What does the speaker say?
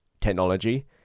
technology